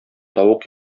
тавык